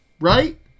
right